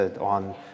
on